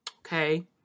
okay